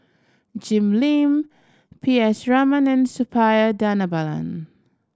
Jim Lim P S Raman and Suppiah Dhanabalan